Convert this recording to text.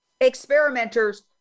experimenters